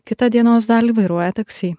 kitą dienos dalį vairuoja taksi